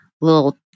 little